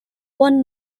one